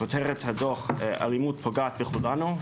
כותרת הדוח "אלימות פוגעת בכולנו",